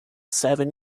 seven